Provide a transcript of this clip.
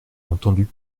entendu